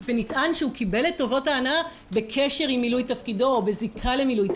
ברור שהוא ידע שהוא מקיים דיונים בחוק הזה ושמוטי בן